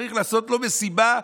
צריך לעשות לו מסיבה,